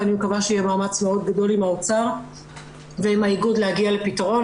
ואני מקווה שיהיה מאמץ מאוד גדול עם האוצר ועם האיגוד להגיע לפתרון.